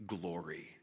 glory